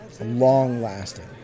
long-lasting